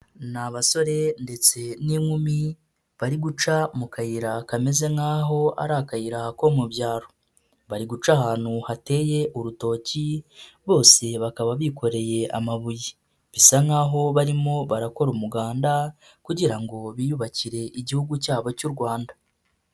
Ni abasore ndetse n'inkumi bari guca mu kayira kameze nk'aho ari akayira ko mu byaro, bari guca ahantu hateye urutoki bose bakaba bikoreye amabuye, bisa nk'aho barimo barakora umuganda kugira ngo biyubakire Igihugu cyabo cy'u Rwanda.